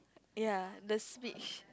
ya the speech